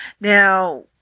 Now